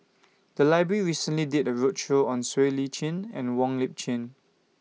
The Library recently did A roadshow on Siow Lee Chin and Wong Lip Chin